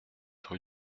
rue